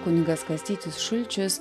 kunigas kastytis šulčius